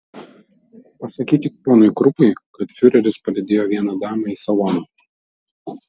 pasakykit ponui krupui kad fiureris palydėjo vieną damą į saloną